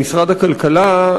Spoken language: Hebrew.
במשרד הכלכלה,